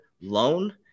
loan